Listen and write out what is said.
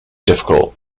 difficult